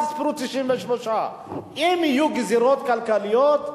תספרו 93. אם יהיו גזירות כלכליות,